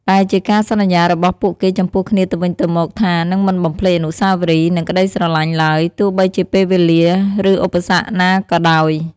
ដែលជាការសន្យារបស់ពួកគេចំពោះគ្នាទៅវិញទៅមកថា នឹងមិនបំភ្លេចអនុស្សាវរីយ៍ និងក្តីស្រឡាញ់ឡើយ ទោះបីជាពេលវេលា ឬឧបសគ្គណាក៏ដោយ។